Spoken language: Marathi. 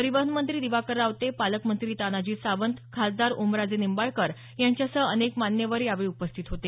परिवहन मंत्री दिवाकर रावते पालकमंत्री तानाजी सावंत खासदार ओमराजे निंबाळकर यांच्यासह अनेक मान्यवर यावेळी उपस्थित होते